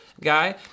guy